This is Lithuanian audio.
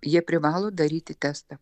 jie privalo daryti testą